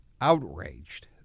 outraged